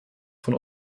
von